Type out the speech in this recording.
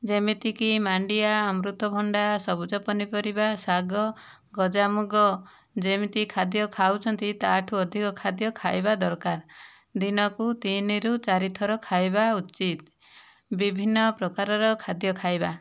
ଯେମିତିକି ମାଣ୍ଡିଆ ଅମୃତଭଣ୍ଡା ସବୁଜ ପନିପରିବା ଶାଗ ଗଜାମୁଗ ଯେମିତି ଖାଦ୍ୟ ଖାଉଛନ୍ତି ତାଠାରୁ ଅଧିକ ଖାଦ୍ୟ ଖାଇବା ଦରକାର ଦିନକୁ ତିନିରୁ ଚାରି ଥର ଖାଇବା ଉଚିତ ବିଭିନ୍ନ ପ୍ରକାରର ଖାଦ୍ୟ ଖାଇବା